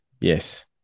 Yes